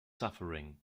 suffering